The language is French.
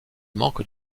manque